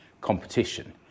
competition